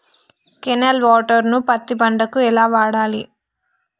Canal water ను పత్తి పంట కి ఎలా వాడాలి?